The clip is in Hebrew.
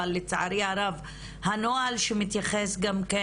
אבל לצערי הרב הנוהל שמתייחס גם כן